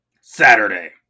Saturday